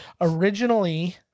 originally